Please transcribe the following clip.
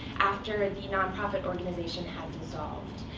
after the nonprofit organization had dissolved.